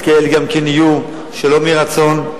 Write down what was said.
יהיו גם כאלה שלא מרצון,